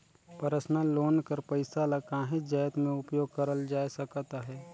personal loan कर पइसा ल काहींच जाएत में उपयोग करल जाए सकत अहे